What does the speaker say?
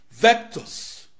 vectors